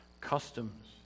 customs